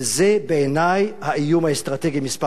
בעיני זה האיום האסטרטגי מספר אחת.